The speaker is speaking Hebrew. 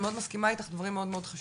אני מאוד מסכימה איתך הדברים מאוד חשובים.